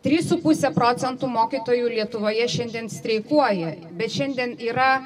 trys su puse procentų mokytojų lietuvoje šiandien streikuoja bet šiandien yra